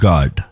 God